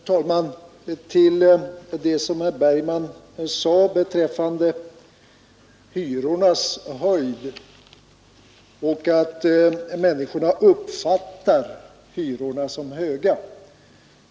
Herr talman! Herr Bergman sade beträffande hyrornas höjd att människorna uppfattar hyrorna som höga.